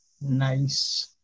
Nice